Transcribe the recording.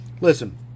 listen